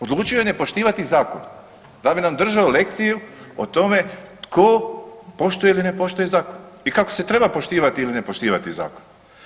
Odlučio je nepoštivati zakon, da bi nam držao lekciju o tome tko poštuje ili ne poštuje zakon i kako se treba poštivati ili ne poštivati zakon.